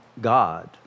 God